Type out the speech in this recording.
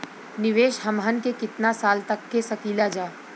निवेश हमहन के कितना साल तक के सकीलाजा?